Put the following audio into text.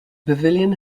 pavilion